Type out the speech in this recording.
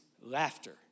laughter